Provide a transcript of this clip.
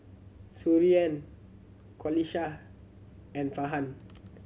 Suriani Qalisha and Farhan